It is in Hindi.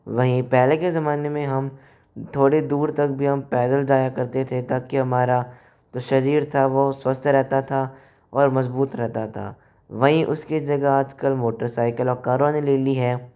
वहीं पहले के ज़माने में हम थोड़ी दूर तक भी हम पैदल जाया करते थे ताकि हमारा जो शरीर था वो स्वस्थ रहता था और मज़बूत रहता था वहीं उसकी जगह आजकल मोटरसाइकल और कारों ने ले ली है